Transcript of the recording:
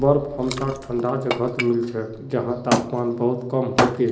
बर्फ हमसाक ठंडा जगहत मिल छेक जैछां तापमान बहुत कम होके